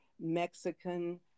mexican